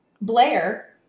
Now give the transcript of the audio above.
Blair